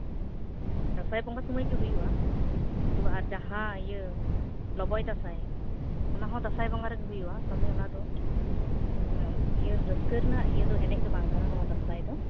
ᱫᱟᱸᱥᱟᱭ ᱵᱚᱸᱜᱟ ᱥᱚᱢᱚᱭ ᱜᱮ ᱦᱩᱭᱩᱜᱼᱟ ᱠᱤᱱᱛᱩ ᱟᱨ ᱡᱟᱦᱟᱸ ᱟᱨ ᱞᱚᱵᱚᱭ ᱫᱟᱸᱥᱟᱭ ᱚᱱᱟ ᱦᱚᱸ ᱫᱟᱸᱥᱟᱭ ᱵᱚᱸᱜᱟ ᱨᱮᱜᱮ ᱦᱩᱭᱩᱜᱼᱟ ᱛᱚᱵᱮ ᱚᱱᱟ ᱫᱚ ᱨᱟᱹᱥᱠᱟᱹ ᱨᱮᱱᱟᱜ ᱮᱱᱮᱡ ᱫᱚ ᱵᱟᱝ ᱠᱟᱱᱟ ᱱᱚᱣᱟ ᱫᱟᱸᱥᱟᱭ ᱫᱚ